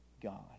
God